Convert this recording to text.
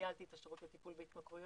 ניהלתי את השירות לטיפול בהתמכרויות,